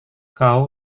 kau